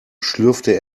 schlürfte